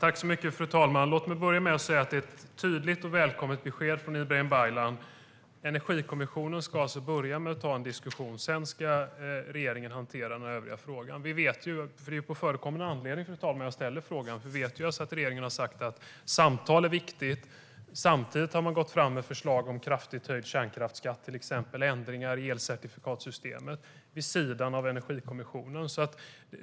Fru talman! Låt mig börja med att säga att det är ett tydligt och välkommet besked från Ibrahim Baylan: Energikommissionen ska börja med att ta en diskussion, och sedan ska regeringen hantera den övriga frågan. Det är på förekommen anledning jag ställer frågan. Vi vet att regeringen har sagt att samtal är viktigt. Samtidigt har man gått fram med förslag som kraftigt höjd kärnkraftsskatt och ändringar i elcertifikatssystemet vid sidan av Energikommissionen.